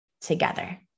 together